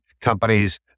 companies